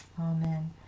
Amen